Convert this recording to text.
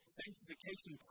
sanctification